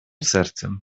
sercem